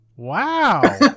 Wow